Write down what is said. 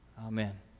amen